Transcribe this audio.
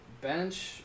bench